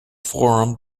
forum